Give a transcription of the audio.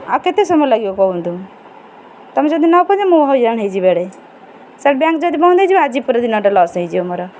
ଆଉ କେତେ ସମୟ ଲାଗିବ କୁହନ୍ତୁ ତମେ ଯଦି ନ ପହଞ୍ଚିବ ମୁଁ ହଇରାଣ ହୋଇଯିବି ଇଆଡ଼େ ସେଆଡ଼େ ବ୍ୟାଙ୍କ୍ ଯଦି ବନ୍ଦ ହୋଇଯିବ ଆଜି ପୁରା ଦିନଟା ଲସ୍ ହୋଇଯିବ ମୋର